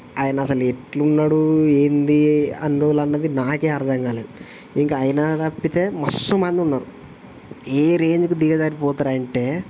ఆయన అసలు ఎట్లున్నాడు ఏంది అన్ని రోజులు అన్నది నాకే అర్థం కాలేదు ఇంకా ఆయన తప్పితే మస్తు మందున్నారు ఏ రేంజ్కు దిగజారిపోతారు అంటే